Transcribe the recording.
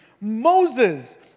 Moses